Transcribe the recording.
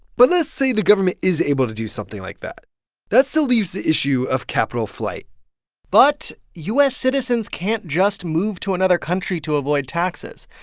but let's say the government is able to do something like that that still leaves the issue of capital flight but u s. citizens can't just move to another country to avoid taxes.